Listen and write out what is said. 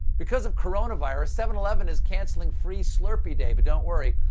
because of coronavirus, seven eleven is canceling free slurpee day, but don't worry,